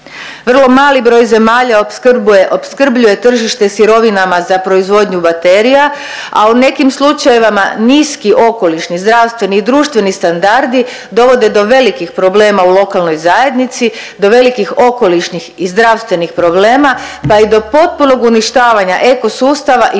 Vrlo mali broj zemalja opskrbuje, opskrbljuje tržište sirovina za proizvodnju baterija a u nekim slučajevima niski okolišni zdravstveni i društveni standardi dovode do velikih problema u lokalnoj zajednici, do velikih okolišnih i zdravstvenih problema pa i do potpunog uništavanja eko sustava i nepovratnog